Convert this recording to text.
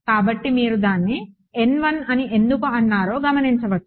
కాబట్టి మీరు దాని N 1 అని ఎందుకు అన్నారో గమనించవచ్చు